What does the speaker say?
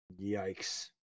Yikes